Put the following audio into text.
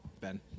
Ben